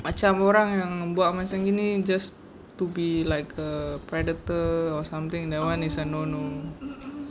macam orang yang buat macam gini just to be like a predator or something that [one] is a no no